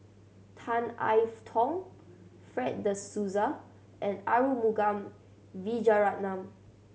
Tan I Tong Fred De Souza and Arumugam Vijiaratnam